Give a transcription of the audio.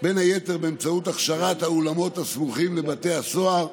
בין היתר באמצעות הכשרת האולמות הסמוכים לבתי הסוהר,